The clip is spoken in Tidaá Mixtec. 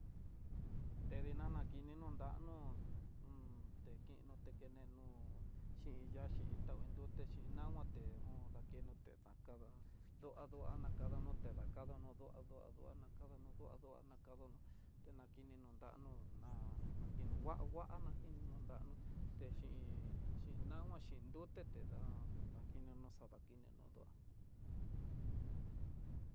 Tedi nana no kini no ndanú, un tekino no tenenó, xhinya xhin ta iin duté xhin xhinaté un dakena no te dakada nduan nduan dakada noté, dakado no'ó nduá, nduá dakadano dua dua nakadono tenakini no ndano ná nakino ngua ngua, nakino danó te xhin nama xhin, nduteté nda ndakinono xa dakinená duá.